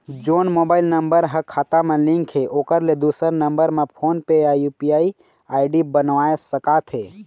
जोन mobile number हा खाता मा लिन्क हे ओकर ले दुसर नंबर मा फोन पे या यू.पी.आई आई.डी बनवाए सका थे?